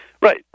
Right